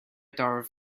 dorf